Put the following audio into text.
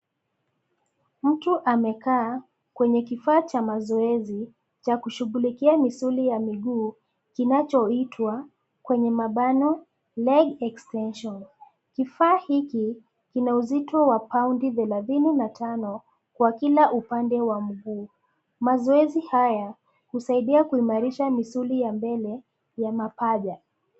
Mtu amekaa kwenye kifaa cha mazoezi cha kushughulikia misuli ya miguu kinachoitwa leg extension . Kifaa hiki kina uzito wa paudi thelathini na tano kwa kila upande wa mguu. Mazoezi haya husaidia kuimarisha misuli ya mbele ya mapaja.